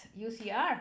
UCR